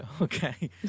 okay